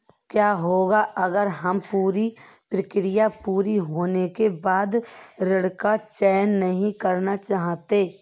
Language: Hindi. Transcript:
क्या होगा अगर हम पूरी प्रक्रिया पूरी होने के बाद ऋण का चयन नहीं करना चाहते हैं?